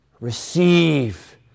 receive